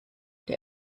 der